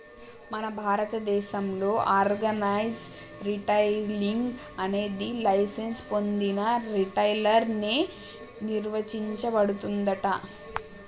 మన భారతదేసంలో organise retailing అనేది లైసెన్స్ పొందిన రిటైలర్ చే నిర్వచించబడుతుందంట